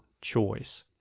choice